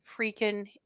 freaking